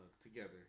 together